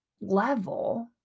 level